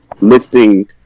lifting